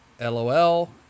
LOL